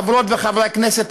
חברות וחברי הכנסת,